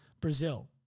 Brazil